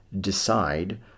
decide